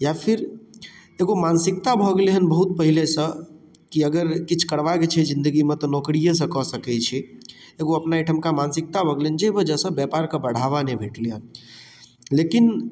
या फिर एगो मानसिकता भऽ गेलैया बहुत पहिलेसँ कि अगर किछु करबाक छै जिन्दगीमे तऽ नोकरियेसँ कऽ सकैत छी एगो अपना एहिठमका मानसिकता भऽ गेलैया जाहि बजहसँ व्यापार कऽ बढ़ावा नहि भेटलैया लेकिन